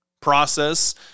process